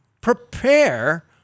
prepare